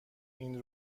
این